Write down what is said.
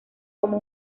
como